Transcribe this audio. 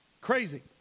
Crazy